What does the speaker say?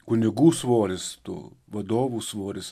kunigų svoris tų vadovų svoris